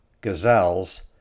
gazelles